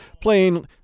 playing